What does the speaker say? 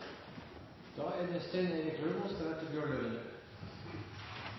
Da er det